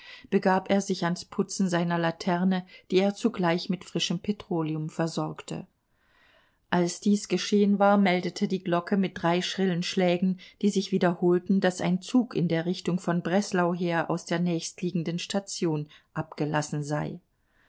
begab er sich ans putzen seiner laterne die er zugleich mit frischem petroleum versorgte als dies geschehen war meldete die glocke mit drei schrillen schlägen die sich wiederholten daß ein zug in der richtung von breslau her aus der nächstliegenden station abgelassen sei